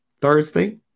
Thursday